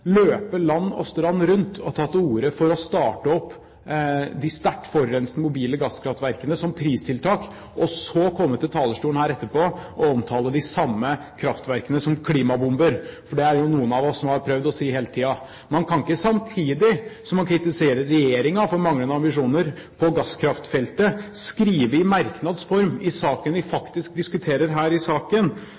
løpe land og strand rundt og ta til orde for å starte opp de sterkt forurensende mobile gasskraftverkene, som pristiltak, og så etterpå komme her på talerstolen og omtale de samme kraftverkene som klimabomber – for det er det jo noen av oss som har prøvd å si hele tiden. Man kan ikke samtidig som man kritiserer regjeringen for manglende ambisjoner på gasskraftfeltet, skrive i merknads form i saken vi faktisk diskuterer her,